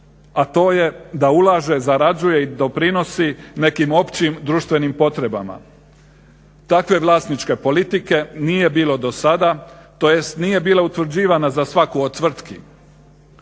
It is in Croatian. a to je da ulaže, zarađuje i doprinosi nekim općim društvenim potrebama. Takve vlasničke politike nije bilo dosada tj. nije bila utvrđivana za svaku od tvrtki.